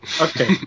Okay